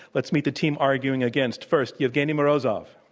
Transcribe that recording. let's meet the team arguing against. first, evgeny morozov.